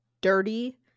dirty